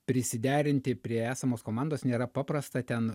prisiderinti prie esamos komandos nėra paprasta ten